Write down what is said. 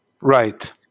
Right